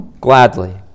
gladly